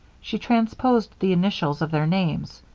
she transposed the initials of their names.